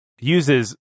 uses